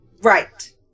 Right